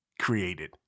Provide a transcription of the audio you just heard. created